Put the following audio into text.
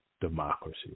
democracy